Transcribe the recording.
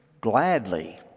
gladly